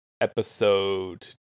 episode